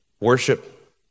worship